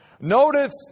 Notice